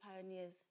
pioneers